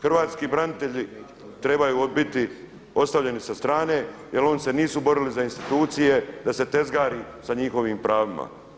Hrvatski branitelji trebaju biti ostavljeni sa strane jer oni se nisu borili za institucije da se tezgari sa njihovim pravima.